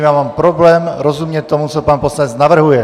Já mám problém rozumět tomu, co pan poslanec navrhuje!